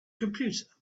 computer